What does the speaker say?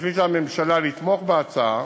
החליטה הממשלה לתמוך בהצעה